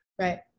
Right